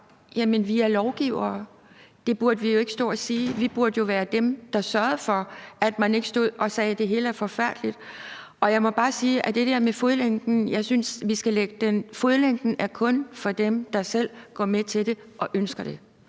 Jamen vi er lovgivere. Det burde vi jo ikke stå og sige. Vi burde jo være dem, der sørgede for, at man ikke stod og sagde: Det hele er forfærdeligt. Jeg må bare sige om det der med fodlænken, at fodlænken kun er for dem, der selv går med til det og ønsker det,